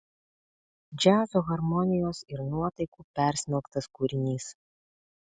džiazo harmonijos ir nuotaikų persmelktas kūrinys